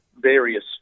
various